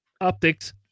Optics